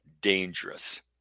dangerous